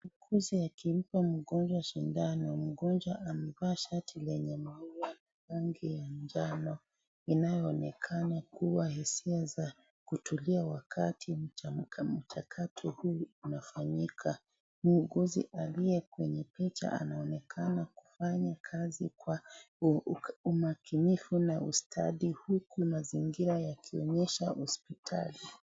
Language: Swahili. Muuguzi akimpa mgonjwa shindano. Mgonjwa amevaa shati lenye maua ya rangi ya njano inayoonekana kuwa hisia za kutulia wakati mchakato huu unafanyika. Muuguzi aliye kwenye picha anaonekana kufanya kazi kwa umakinifu na ustadi huku mazingira yakionyesha hospitali.